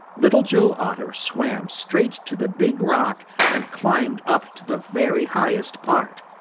little joe otter swam straight to the big rock and climbed up to the very highest part.